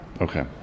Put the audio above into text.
Okay